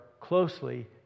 closely